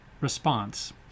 response